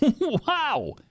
Wow